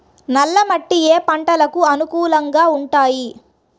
నల్ల మట్టి ఏ ఏ పంటలకు అనుకూలంగా ఉంటాయి?